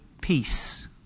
peace